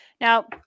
now